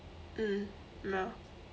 mm ya